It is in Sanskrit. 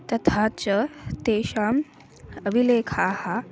तथा च तेषाम् अभिलेखाः